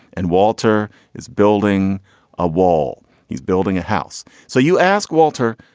and walter is building a wall. he's building a house so you ask walter,